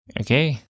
Okay